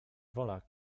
wola